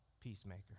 peacemaker